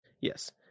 yes